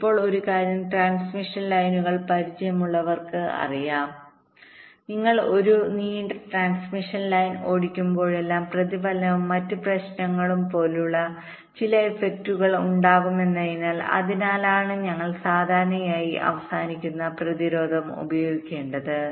ഇപ്പോൾ ഒരു കാര്യം ട്രാൻസ്മിഷൻ ലൈനുകൾപരിചയമുള്ളവർക്ക് അറിയാം നിങ്ങൾ ഒരു നീണ്ട ട്രാൻസ്മിഷൻ ലൈൻ ഓടിക്കുമ്പോഴെല്ലാം പ്രതിഫലനവും മറ്റ് പ്രശ്നങ്ങളും പോലുള്ള ചില ഇഫക്റ്റുകൾ ഉണ്ടാകുമെന്നതിനാൽ അതിനാലാണ് ഞങ്ങൾ സാധാരണയായി അവസാനിക്കുന്ന പ്രതിരോധം ഉപയോഗിക്കേണ്ടത്